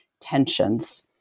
tensions